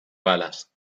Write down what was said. balas